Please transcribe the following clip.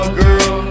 girl